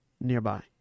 nearby